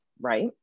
right